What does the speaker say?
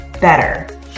better